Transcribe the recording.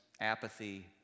apathy